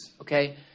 okay